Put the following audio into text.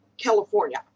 California